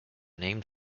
named